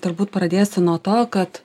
turbūt pradėsiu nuo to kad